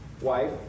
wife